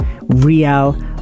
Real